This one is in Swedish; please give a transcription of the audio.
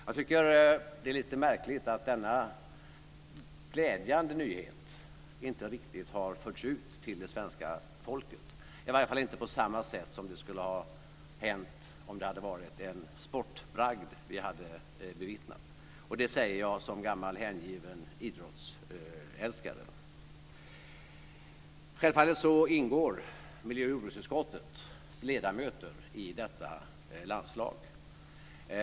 Jag tycker att det är lite märkligt att denna glädjande nyhet inte riktigt har förts ut till svenska folket - i varje fall inte på samma sätt som om det hade varit en sportbragd vi hade bevittnat. Det säger jag som gammal hängiven idrottsälskare. Självfallet ingår miljö och jordbruksutskottets ledamöter i detta landslag.